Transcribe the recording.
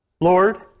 Lord